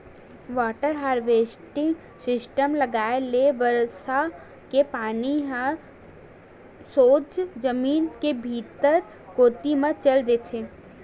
water harvesting system लगाए ले बरसा के पानी ह सोझ जमीन के भीतरी कोती म चल देथे